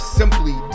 simply